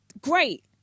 great